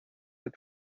had